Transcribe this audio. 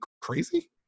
crazy